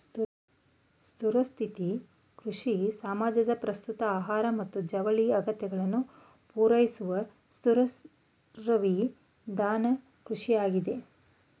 ಸುಸ್ಥಿರ ಕೃಷಿ ಸಮಾಜದ ಪ್ರಸ್ತುತ ಆಹಾರ ಮತ್ತು ಜವಳಿ ಅಗತ್ಯಗಳನ್ನು ಪೂರೈಸುವಸುಸ್ಥಿರವಿಧಾನದಕೃಷಿಯಾಗಿದೆ